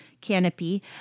canopy